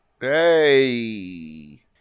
hey